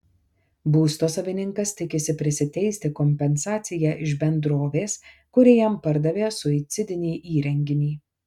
būsto savininkas tikisi prisiteisti kompensaciją iš bendrovės kuri jam pardavė suicidinį įrenginį